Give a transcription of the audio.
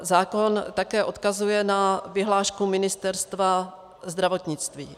Zákon také odkazuje na vyhlášku Ministerstva zdravotnictví.